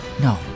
No